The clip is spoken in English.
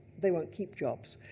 they won't keep jobs.